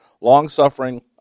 long-suffering